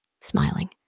smiling